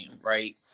right